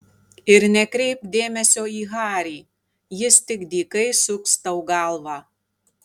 ir nekreipk dėmesio į harį jis tik dykai suks tau galvą